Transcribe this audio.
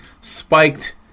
spiked